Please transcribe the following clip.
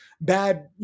bad